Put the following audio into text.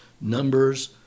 Numbers